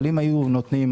אבל אם היו נותנים,